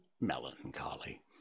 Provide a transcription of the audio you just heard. melancholy